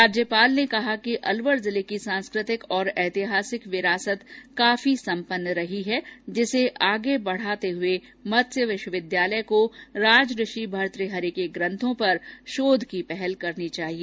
राज्यपाल ने कहा कि अलवर जिले की सांस्कृतिक और ऐतिहासिक विरासत काफी संपन्न रही है जिसे आगे बढ़ाते हुए मत्स्य विश्वविद्यालय को राजऋषि भर्तहरि के ग्रंथों पर शोध की पहल करनी चाहिए